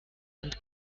und